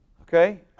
Okay